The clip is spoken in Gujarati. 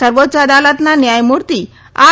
સર્વોચ્ય અદાલતના ન્યાયમૂર્તિ આર